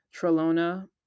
Trelona